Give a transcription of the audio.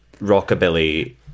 Rockabilly